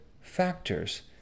factors